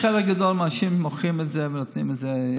חלק גדול מהאנשים מוכרים את זה ונותנים את זה,